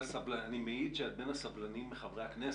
אני מעיד שאת בין הסבלניים מחברי הכנסת.